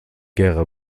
gera